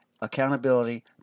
accountability